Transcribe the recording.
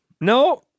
No